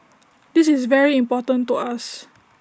this is very important to us